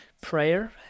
Prayer